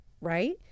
right